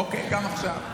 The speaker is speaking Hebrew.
אוקיי, גם עכשיו.